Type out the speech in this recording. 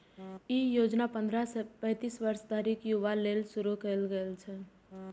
ई योजना पंद्रह सं पैतीस वर्ष धरिक युवा लेल शुरू कैल गेल छै